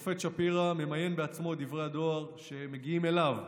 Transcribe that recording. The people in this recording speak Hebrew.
השופט שפירא ממיין בעצמו את דברי הדואר שמגיעים אליו,